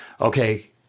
okay